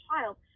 child